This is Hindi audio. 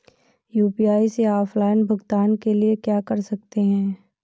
यू.पी.आई से ऑफलाइन भुगतान के लिए क्या कर सकते हैं?